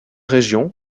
régions